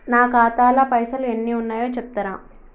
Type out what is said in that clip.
నా ఖాతా లా పైసల్ ఎన్ని ఉన్నాయో చెప్తరా?